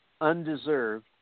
undeserved